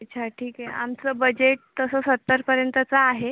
अच्छा ठीक आहे आमचं बजेट तसं सत्तरपर्यंतंचं आहे